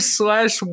slash